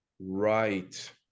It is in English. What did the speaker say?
right